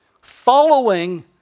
following